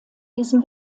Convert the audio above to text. diesem